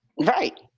Right